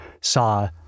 saw